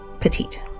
petite